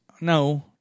no